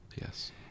Yes